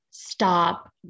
stop